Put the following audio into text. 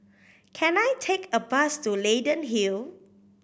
can I take a bus to Leyden Hill